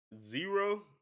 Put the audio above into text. Zero